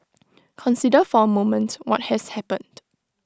consider for A moment what has happened